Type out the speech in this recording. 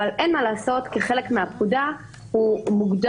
אבל אין מה לעשות כי חלק מהפקודה הוא מוגדר